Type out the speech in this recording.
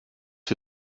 wie